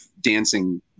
dancing